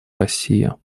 россия